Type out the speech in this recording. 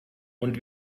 und